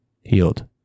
Healed